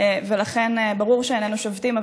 ולכן ברור שאיננו שובתים,